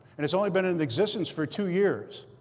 and it's only been in existence for two years.